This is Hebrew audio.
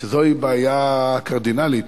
שזו בעיה קרדינלית,